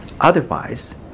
Otherwise